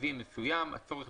תקציבי מסוים, הצורך